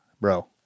Bro